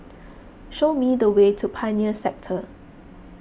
show me the way to Pioneer Sector